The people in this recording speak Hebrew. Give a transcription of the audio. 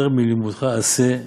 יותר מלימודך עשה,